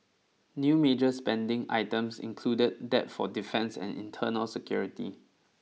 new major spending items included that for defence and internal security